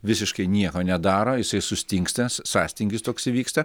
visiškai nieko nedaro jisai sustingsta sąstingis toks įvyksta